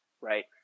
right